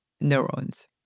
neurons